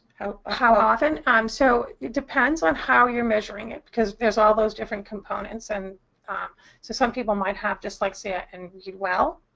how how often? um so it depends on how you're measuring it because there's all those different components. and ah so some people might have dyslexia and do well,